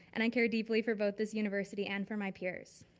and i care deeply for both this university and for my peers.